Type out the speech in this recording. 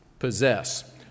Possess